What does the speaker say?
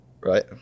right